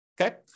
Okay